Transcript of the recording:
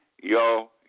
Yo